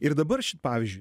ir dabar šit pavyzdžiui